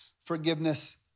forgiveness